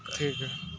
ठीक है